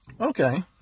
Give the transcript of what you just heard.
Okay